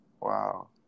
Wow